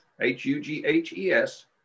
H-U-G-H-E-S